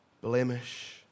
blemish